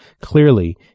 Clearly